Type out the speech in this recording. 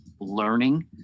learning